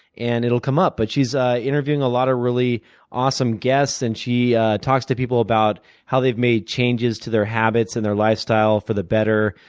and it will come up. but she's ah interviewing a lot of really awesome guests, and she talks to people about how they've made changes to their habits and their lifestyle for the better,